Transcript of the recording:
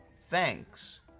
Thanks